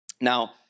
Now